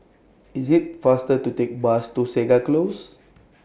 IT IS faster to Take Bus to Segar Close